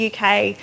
UK